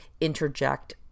interject